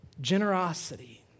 generosity